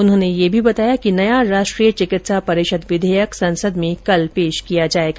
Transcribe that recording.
उन्होंने यह भी बताया कि नया राष्ट्रीय चिकित्सा परिषद विधेयक संसद में कल पेश किया जाएगा